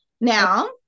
Now